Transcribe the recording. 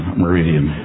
meridian